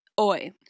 Oi